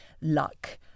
luck